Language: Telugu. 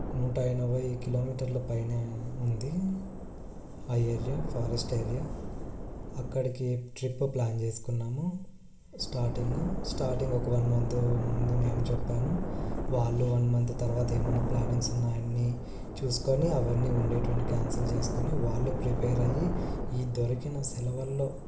నూట ఎనభై కిలోమీటర్ల పైనే ఉంది ఆ ఏరియా ఫారెస్ట్ ఏరియా అక్కడికి ట్రిప్ ప్లాన్ చేసుకున్నాము స్టార్టింగు స్టార్టింగ్ ఒక వన్ మంతు ముందు నేను చెప్పాను వాళ్ళు వన్ మంత్ తర్వాత ఏమన్నా ప్లానింగ్స్ ఉన్నాయన్నీ చూసుకొని అవన్నీ ఉండేటివన్నీ క్యాన్సిల్ చేసుకొని వాళ్ళు ప్రిపేర్ అయ్యి ఈ దొరికిన సెలవుల్లో